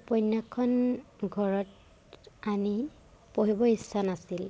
উপন্যাসখন ঘৰত আনি পঢ়িব ইচ্ছা নাছিল